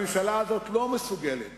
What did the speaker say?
הממשלה הזאת לא מסוגלת